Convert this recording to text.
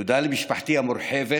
תודה למשפחתי המורחבת,